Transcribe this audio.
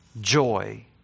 joy